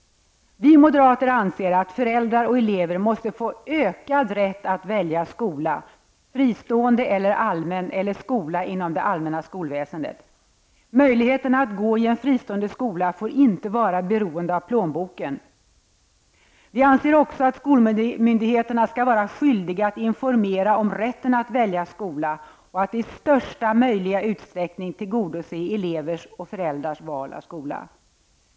Vi moderater anser att föräldrar och elever måste få ökad rätt att välja skola -- fristående eller allmän eller skola inom det allmänna skolväsendet. Möjligheten att gå i en fristående skola får inte vara beroende av plånboken. Vi anser också att skolmyndigheterna skall vara skyldiga att informera om rätten att välja skola och att i största möjliga utsträckning tillgodose elevers och föräldrars val av skola.